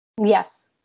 Yes